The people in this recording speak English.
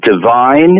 divine